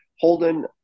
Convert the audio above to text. holden